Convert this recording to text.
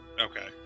Okay